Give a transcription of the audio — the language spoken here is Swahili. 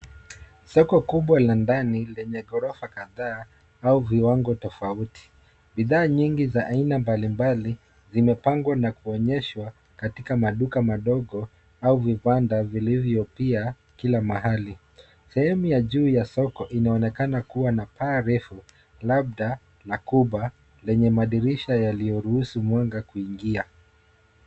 Soko kubwa la ndani lenye ghorofa kadhaa au viwango tofauti. Bidhaa nyingi za aina mbali mbali zimepangwa na kuonyeshwa katika maduka madogo au vibanda vilivyo pia kila mahali. Sehemu ya juu ya soko inaonekana kuwa na paa refu, labda la kuba lenye madirisha yaliyoruhusu mwanga kuingia.